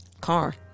Car